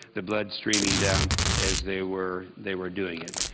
the blood streaming down as they were they were doing it.